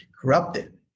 corrupted